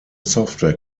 software